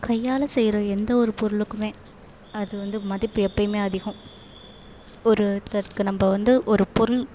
கையால் செய்கிற எந்த ஒரு பொருளுக்கும் அது வந்து மதிப்பு எப்போயுமே அதிகம் ஒருத்தருக்கு நம்ம வந்து ஒரு பொருள்